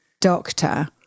doctor